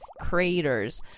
craters